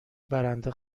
برنده